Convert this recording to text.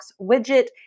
widget